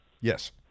Yes